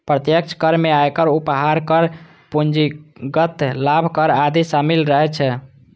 प्रत्यक्ष कर मे आयकर, उपहार कर, पूंजीगत लाभ कर आदि शामिल रहै छै